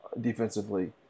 defensively